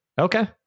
Okay